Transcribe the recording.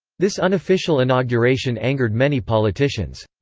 this unofficial inauguration angered many politicians.